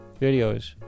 Videos